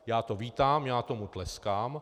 Já to vítám, já tomu tleskám.